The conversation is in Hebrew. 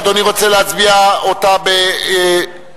אדוני רוצה להצביע אותה אלקטרונית?